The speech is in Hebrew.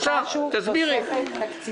תוספת?